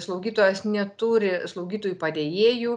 slaugytojos neturi slaugytojų padėjėjų